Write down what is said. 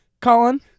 Colin